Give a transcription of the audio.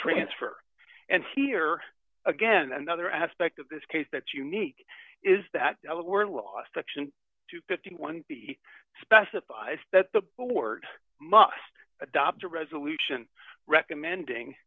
transfer and here again another aspect of this case that unique is that were lost auction to fifty one specifies that the board must adopt a resolution recommending